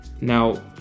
Now